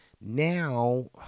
Now